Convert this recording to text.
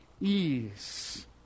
ease